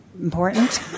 important